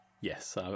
yes